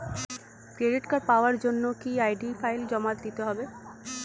Credit card পাওয়ার জন্য কি আই.ডি ফাইল জমা দিতে হবে?